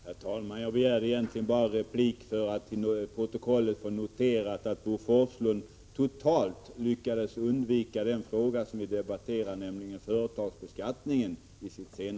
Herr talman! Jag begärde egentligen replik bara för att till protokollet få noterat att Bo Forslund i sitt senaste inlägg totalt lyckades undvika den fråga som vi debatterar, nämligen företagsbeskattningen.